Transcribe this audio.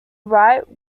right